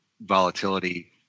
volatility